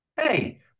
Hey